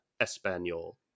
Espanol